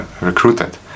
recruited